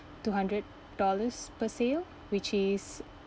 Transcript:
two hundred dollars per sale which is